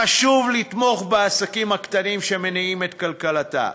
חשוב לתמוך בעסקים הקטנים שמניעים את כלכלתה,